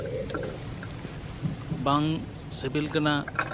ᱵᱟᱝ ᱥᱤᱵᱤᱞ ᱠᱟᱱᱟ